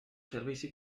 servici